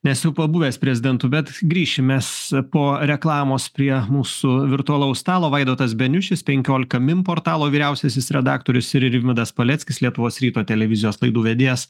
nes jau pabuvęs prezidentu bet grįšim mes po reklamos prie mūsų virtualaus stalo vaidotas beniušis penkiolika min portalo vyriausiasis redaktorius ir rimvydas paleckis lietuvos ryto televizijos laidų vedėjas